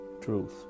truth